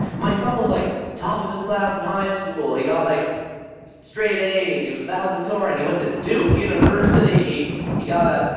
my son was like top of his class in high school, he got like straight a's, he was a valedictorian, he went to duke university. he he got a,